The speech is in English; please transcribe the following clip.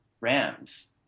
Rams